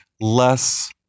less